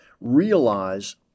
realize